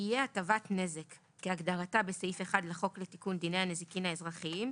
יהיה הטבת נזק כהגדרתה בסעיף 1 לחוק לתיקון דיני הנזיקין האזרחיים,